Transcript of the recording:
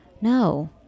No